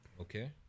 Okay